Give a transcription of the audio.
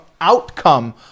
outcome